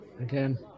Again